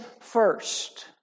first